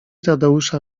tadeusza